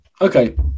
Okay